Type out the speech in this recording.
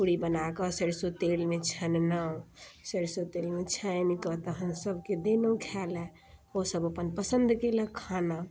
पूरी बनाकऽ सरिसो तेलमे छनलहुँ सरिसो तेलमे छानिकऽ तहन सबके देलहुँ खाय लऽ ओसब अपन पसन्द केलक खाना